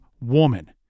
woman